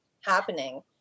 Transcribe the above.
happening